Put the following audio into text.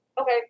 okay